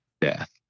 death